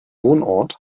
wohnort